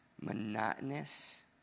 monotonous